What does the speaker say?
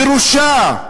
ירושה,